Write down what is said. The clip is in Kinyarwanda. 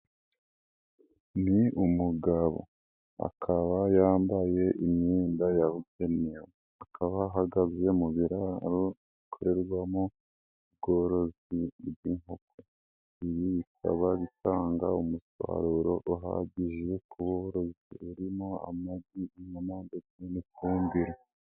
Ni umugabo akaba yambaye imyenda yabugenewe, akaba ahagaze mu biraro hakorerwamo ubworozi bw'inkoko, ibi bikaba bitanga umusaruro uhagije ku burozi, urimo amagi ndetse n'ifumbire.